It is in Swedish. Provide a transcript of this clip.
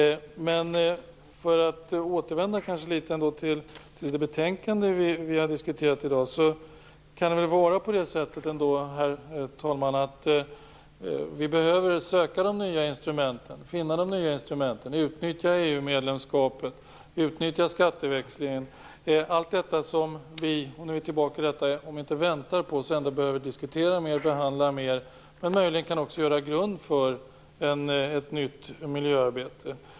Men låt oss återvända till det betänkande vi har diskuterat i dag. Det kan väl vara så, herr talman, att vi behöver söka nya instrument och utnyttja EU medlemskapet, skatteväxling och allt detta som vi, även om vi inte väntar på det, ändå behöver diskutera mer. Det kan också möjligen utgöra en grund för ett nytt miljöarbete.